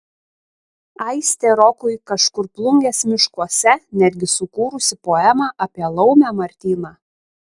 aistė rokui kažkur plungės miškuose netgi sukūrusi poemą apie laumę martyną